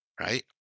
right